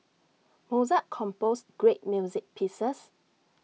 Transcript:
Mozart composed great music pieces